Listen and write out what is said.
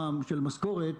של משכורת